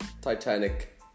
titanic